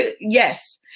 Yes